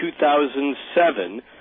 2007